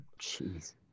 Jeez